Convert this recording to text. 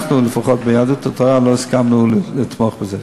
אנחנו, לפחות ביהדות התורה, לא הסכמנו לתמוך בזה.